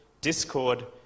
discord